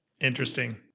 Interesting